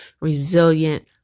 resilient